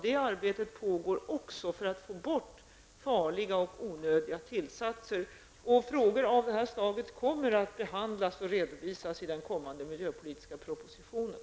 Det pågår också ett arbete för att få bort farliga och onödiga tillsatser. Frågor av detta slag kommer att behandlas och redovisas i den kommande miljöpolitiska propositionen.